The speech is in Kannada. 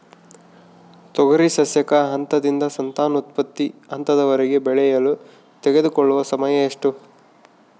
ತೊಗರಿ ಸಸ್ಯಕ ಹಂತದಿಂದ ಸಂತಾನೋತ್ಪತ್ತಿ ಹಂತದವರೆಗೆ ಬೆಳೆಯಲು ತೆಗೆದುಕೊಳ್ಳುವ ಸಮಯ ಎಷ್ಟು?